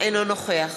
אינו נוכח